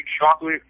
chocolate